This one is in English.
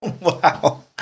Wow